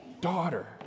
daughter